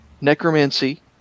necromancy